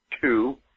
two